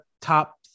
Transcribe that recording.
top